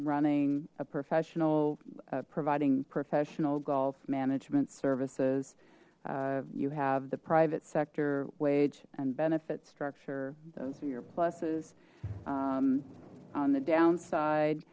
running a professional providing professional golf management services you have the private sector wage and benefit structure those are your pluses on the downside